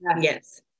yes